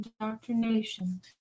indoctrination